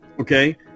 okay